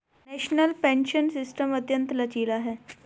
national pension system अत्यंत लचीला है